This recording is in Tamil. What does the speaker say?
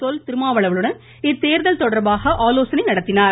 தொல் திருமாவளவனுடன் இத்தோ்தல் தொடர்பாக ஆலோசனை நடத்தினார்